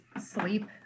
sleep